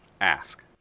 ask